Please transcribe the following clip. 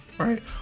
right